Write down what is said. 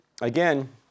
Again